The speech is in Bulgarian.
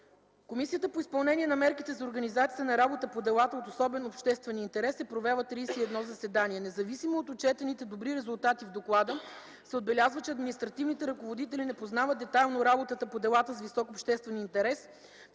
Комисията по изпълнение на мерките за организацията на работата по делата от особено обществен интерес е провела 31 заседания. Независимо от отчетените добри резултати в доклада се отбелязва, че административните ръководители не познават детайлно работата по делата с висок обществен интерес